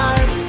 time